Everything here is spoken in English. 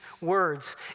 words